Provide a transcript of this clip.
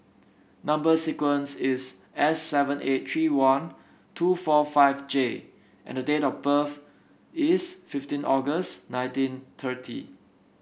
number sequence is S seven eight three one two four five J and date of birth is fifteen August nineteen thirty